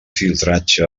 filtratge